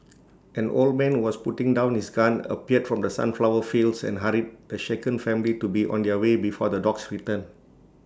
an old man was putting down his gun appeared from the sunflower fields and hurried the shaken family to be on their way before the dogs return